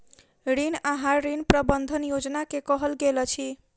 ऋण आहार, ऋण प्रबंधन योजना के कहल गेल अछि